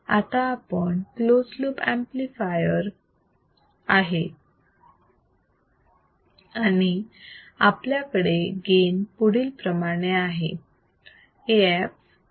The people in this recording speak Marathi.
आणि आता हा क्लोज लूप ऍम्प्लिफायर आहे आणि आपल्याकडे गेन पुढील प्रमाणे आहे